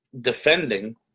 defending